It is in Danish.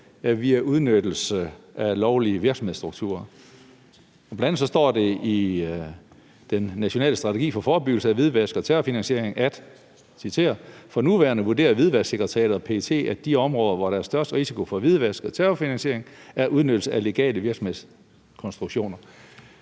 er udnyttelse af lovlige virksomhedsstrukturer. I den nationale strategi for forebyggelse af hvidvask og terrorfinansiering står der bl.a., og jeg citerer: »For nuværende vurderer Hvidvasksekretariatet og PET, at de områder, hvor der er størst risiko for hvidvask og terrorfinansiering, er udnyttelse af legale virksomhedskonstruktioner